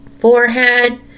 forehead